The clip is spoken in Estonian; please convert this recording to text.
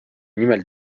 nimel